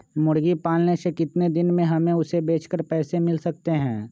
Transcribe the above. मुर्गी पालने से कितने दिन में हमें उसे बेचकर पैसे मिल सकते हैं?